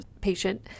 patient